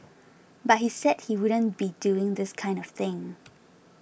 but he said he wouldn't be doing this kind of thing